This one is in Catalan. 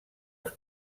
els